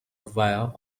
via